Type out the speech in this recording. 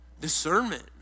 Discernment